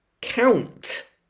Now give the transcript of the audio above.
count